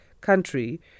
country